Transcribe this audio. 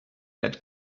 that